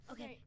Okay